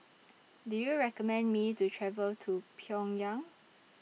Do YOU recommend Me to travel to Pyongyang